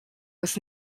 was